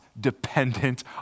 dependent